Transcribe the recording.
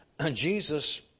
Jesus